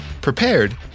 prepared